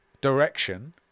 direction